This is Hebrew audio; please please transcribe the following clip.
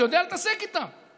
שיודע להתעסק איתם.